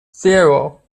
zero